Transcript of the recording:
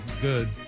good